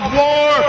war